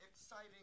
exciting